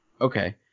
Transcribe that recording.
Okay